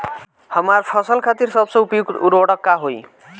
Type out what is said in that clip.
हमार फसल खातिर सबसे उपयुक्त उर्वरक का होई?